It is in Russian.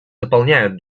дополняют